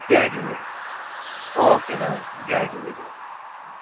जय झूले ओके दादा जय झूले